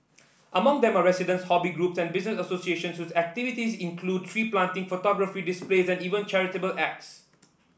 among them are residents hobby group and business associations activities include tree planting photography display even charitable acts